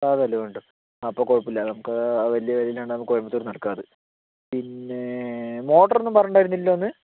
അതല്ലേ വേണ്ടു അപ്പോൾ കുഴപ്പമില്ല നമുക്ക് ആ വലിയ വിലയില്ലാണ്ട് നമുക്ക് കോയമ്പത്തൂരിൽ നിന്ന് എടുക്കാം അതു പിന്നെ മോട്ടറൊന്നും പറഞ്ഞിട്ടുണ്ടായിരുന്നില്ലല്ലോ അന്ന്